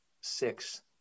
six